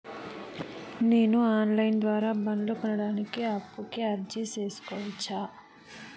నేను online ద్వారా బండ్లు కొనడానికి అప్పుకి అర్జీ సేసుకోవచ్చా?